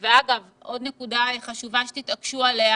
אגב, עוד נקודה חשובה שתתעקשו עליה